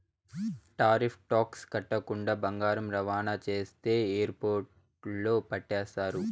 tariff tax కట్టకుండా బంగారం రవాణా చేస్తే ఎయిర్పోర్టుల్ల పట్టేస్తారు